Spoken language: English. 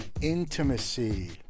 Intimacy